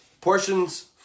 portions